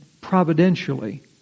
providentially